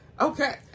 okay